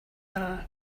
are